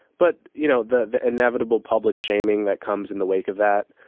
but you know the the inevitable public shaming that comes in the wake of that.